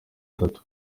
tatu